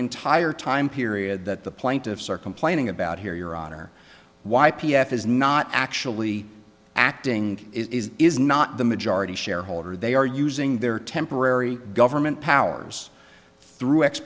entire time period that the plaintiffs are complaining about here your honor why p f is not actually acting is is not the majority shareholder they are using their temporary government powers through